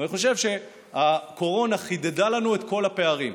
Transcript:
אני חושב שהקורונה חידדה לנו את כל הפערים,